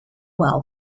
wow